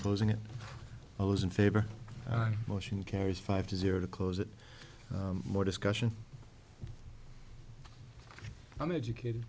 closing it i was in favor of motion carries five to zero to close it more discussion i mean educated